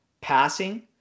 passing